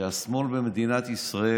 שהשמאל במדינת ישראל